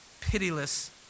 pitiless